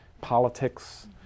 politics